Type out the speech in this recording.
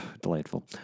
Delightful